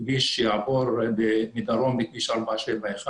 כביש שיעבור מדרום לכביש 471,